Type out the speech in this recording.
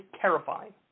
terrifying